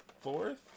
fourth